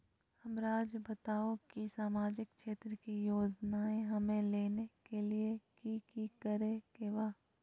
हमराज़ बताओ कि सामाजिक क्षेत्र की योजनाएं हमें लेने के लिए कि कि करे के बा?